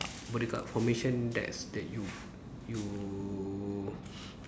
what do you call formation that's that you you